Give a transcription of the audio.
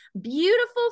beautiful